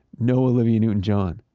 no olivia newton-john,